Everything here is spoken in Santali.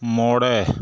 ᱢᱚᱬᱮ